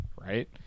Right